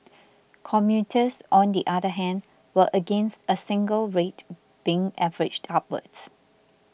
commuters on the other hand were against a single rate being averaged upwards